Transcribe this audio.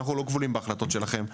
אנחנו לא כבולים בהחלטות שלכם,